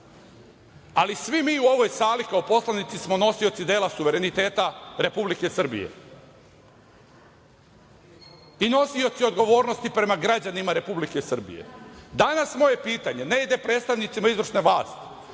ali svi mi u ovoj sali kao poslanici smo nosioci dela suvereniteta Republike Srbije i nosioci odgovornosti prema građanima Republike Srbije. Danas moje pitanje ne ide predstavnicima izvršne vlasti.